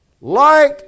Light